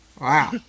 Wow